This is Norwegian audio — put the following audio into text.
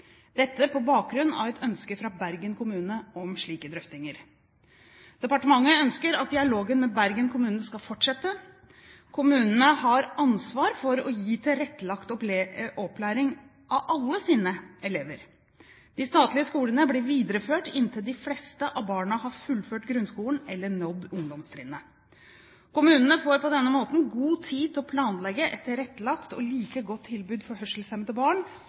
Dette på bakgrunn av et ønske fra Bergen kommune om slike drøftinger. Departementet ønsker at dialogen med Bergen kommune skal fortsette. Kommunene har ansvar for å gi tilrettelagt opplæring til alle sine elever. De statlige skolene blir videreført inntil de fleste av barna har fullført grunnskolen eller nådd ungdomstrinnet. Kommunene får på denne måten god tid til å planlegge et tilrettelagt og like godt tilbud for hørselshemmede barn